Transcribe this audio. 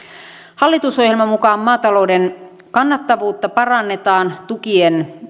hallitusohjelman mukaan maatalouden kannattavuutta parannetaan tukien